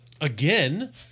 again